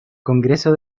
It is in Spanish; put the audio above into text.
congreso